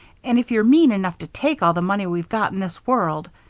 and if you're mean enough to take all the money we've got in this world